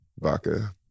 Vodka